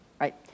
Right